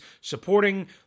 supporting